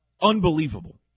unbelievable